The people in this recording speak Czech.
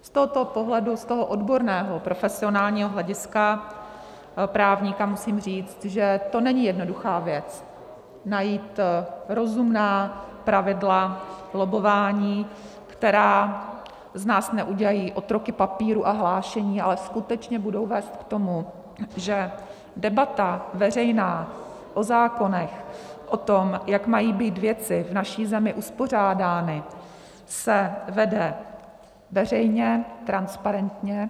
Z tohoto pohledu, z toho odborného, profesionálního hlediska právníka musím říct, že to není jednoduchá věc najít rozumná pravidla lobbování, která z nás neudělají otroky papírů a hlášení, ale skutečně budou vést k tomu, že veřejná debata o zákonech, o tom, jak mají být věci v naší zemi uspořádány, se vede veřejně, transparentně.